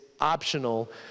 optional